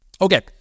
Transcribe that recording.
Okay